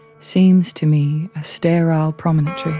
seems to me a sterile promontory.